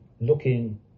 looking